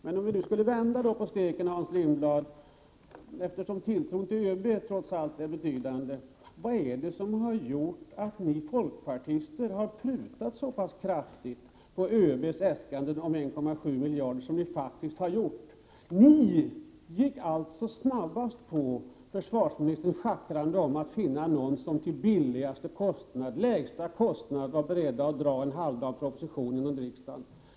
Men om vi nu vänder på steken, eftersom tilltron till ÖB trots allt är betydande: Vad är det som har gjort att ni folkpartister har prutat så pass kraftigt på ÖB:s äskanden om 1,7 miljarder som ni faktiskt har gjort? Ni föll snabbast för försvarsministerns schackrande om att finna någon som till lägsta kostnad var beredd att dra en halvdan proposition genom riksdagen!